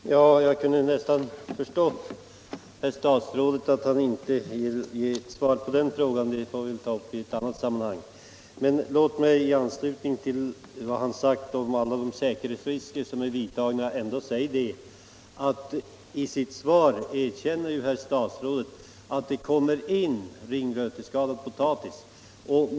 Fru talman! Jag kunde nästan förstå att herr statsrådet inte ville ge något svar på den frågan nu. Den får vi väl ta uppi ett annat sammanhang. Men låt mig i anslutning till vad herr statsrådet sade om alla de säkerhetsföreskrifter som utfärdats hänvisa till att han i sitt svar erkänner att det kommer in ringröteskadad potatis i landet.